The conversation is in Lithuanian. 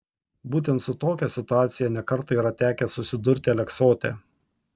būtent su tokia situacija ne kartą yra tekę susidurti aleksote